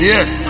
Yes